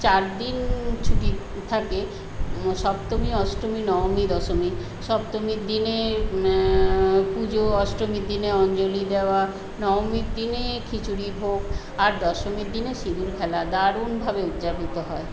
চারদিন ছুটি থাকে সপ্তমী অষ্টমী নবমী দশমী সপ্তমীর দিনে পুজো অষ্টমীর দিনে অঞ্জলি দেওয়া নবমীর দিনে খিচুড়ি ভোগ আর দশমীর দিনে সিঁদুরখেলা দারুনভাবে উদযাপিত হয়